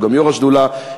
שהוא גם יושב-ראש השדולה,